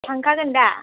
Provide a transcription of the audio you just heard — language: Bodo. थांखागोन दा